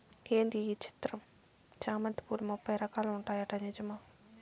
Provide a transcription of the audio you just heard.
ఏంది ఈ చిత్రం చామంతి పూలు ముప్పై రకాలు ఉంటాయట నిజమా